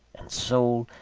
and soul,